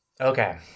Okay